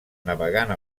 navegant